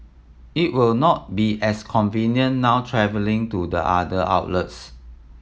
it will not be as convenient now travelling to the other outlets